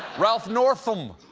ralph northam!